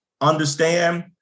understand